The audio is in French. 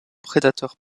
prédateur